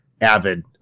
avid